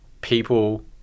people